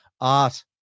art